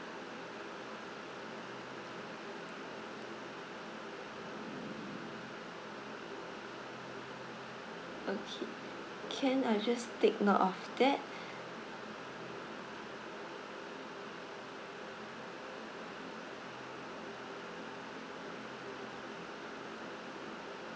okay can I'll just take note of that